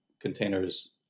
containers